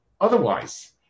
otherwise